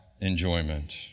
enjoyment